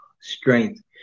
strength